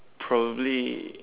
probably